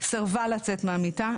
סירבה לצאת מהמיטה,